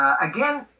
Again